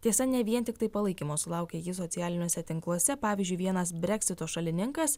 tiesa ne vien tiktai palaikymo sulaukė ji socialiniuose tinkluose pavyzdžiui vienas breksito šalininkas